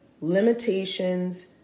limitations